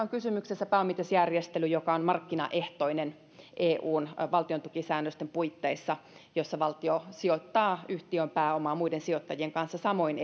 on kysymyksessä pääomitusjärjestely joka on markkinaehtoinen eun valtiontukisäännösten puitteissa ja jossa valtio sijoittaa yhtiöön pääomaa muiden sijoittajien kanssa samoin